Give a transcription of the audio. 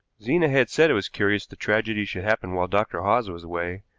zena had said it was curious the tragedy should happen while dr. hawes was away,